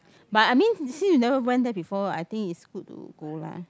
but I mean you see you never went there before I think it's good to go lah